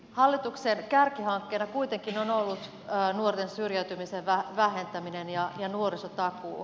hallituksen kärkihankkeena kuitenkin on ollut nuorten syrjäytymisen vähentäminen ja nuorisotakuu